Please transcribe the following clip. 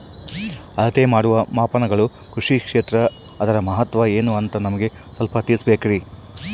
ಅಳತೆ ಮಾಡುವ ಮಾಪನಗಳು ಕೃಷಿ ಕ್ಷೇತ್ರ ಅದರ ಮಹತ್ವ ಏನು ಅಂತ ನಮಗೆ ಸ್ವಲ್ಪ ತಿಳಿಸಬೇಕ್ರಿ?